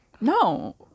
No